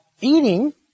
eating